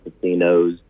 casinos